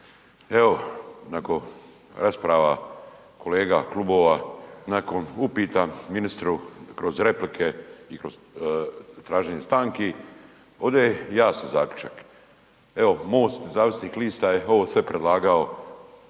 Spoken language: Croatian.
Evo nakon rasprava kolega, klubova, nakon upita ministru kroz replike i kroz traženje stanki, ovdje je jasan zaključak. Evo MOST nezavisnih lista je ovo sve predlagao